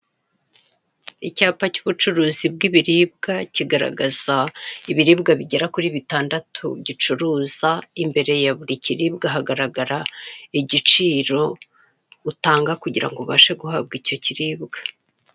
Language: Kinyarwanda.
Icyapa cy'ubucuruzi bw'ibiribwa, kigaragaza ibiribwa bigera kuri bitandatu gicuruza, imbere ya buri kiribwa hagaragara, igiciro utanga kugira ngo ubashe guhabwa icyo kiribwa.